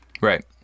Right